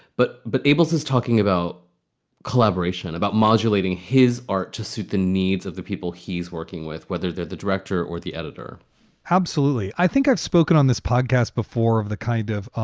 but but abels is talking about collaboration, about modulating his art to suit the needs of the people he's working with, whether they're the director or the editor absolutely. i think i've spoken on this podcast before of the kind of